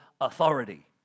authority